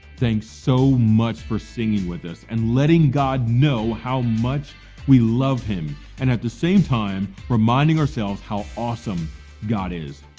thanks so much for singing with us and letting god know how much we love him. and at the same time, reminding ourselves how awesome god is.